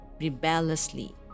rebelliously